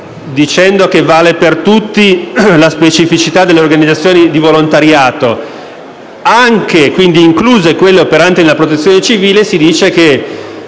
dicendo che vale per tutti la specificità delle organizzazioni di volontariato, incluse quelle operanti nella Protezione civile, si dice che